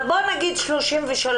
אבל בואו נגיד 33.7%,